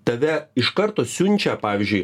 tave iš karto siunčia pavyzdžiui